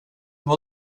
vad